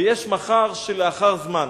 ויש מחר שהוא שלאחר זמן.